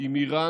עם איראן,